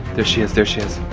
there she is. there she is.